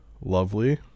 Lovely